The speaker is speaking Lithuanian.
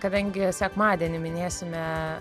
kadangi sekmadienį minėsime